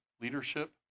leadership